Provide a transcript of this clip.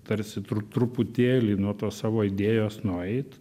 tarsi tru truputėlį nuo tos savo idėjos nueit